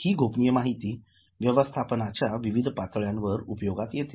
हि गोपनीय माहिती व्यवस्थापनाच्या विविध पातळ्यांवर उपयोगात येते